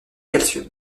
calcium